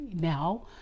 now